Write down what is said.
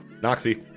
Noxy